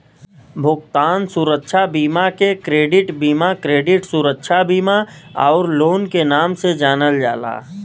भुगतान सुरक्षा बीमा के क्रेडिट बीमा, क्रेडिट सुरक्षा बीमा आउर लोन के नाम से जानल जाला